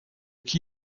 qui